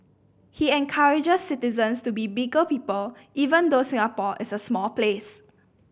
he encourages citizens to be bigger people even though Singapore is a small place